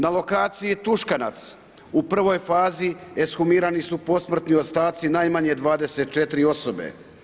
Na lokaciji Tuškanac, u prvoj fazi, ekshumirani su posmrtni ostaci najmanje 24 osobe.